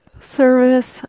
service